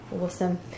awesome